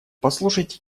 послушайте